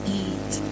eat